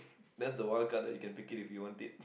that's the wild card that you can pick it if you want it